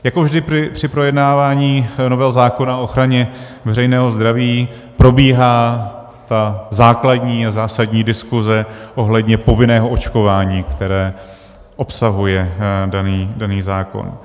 Jako vždy při projednávání nového zákona o ochraně veřejného zdraví probíhá základní a zásadní diskuze ohledně povinného očkování, které obsahuje daný zákon.